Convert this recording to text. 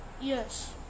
Yes